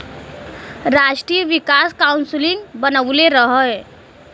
राष्ट्रीय विकास काउंसिल बनवले रहे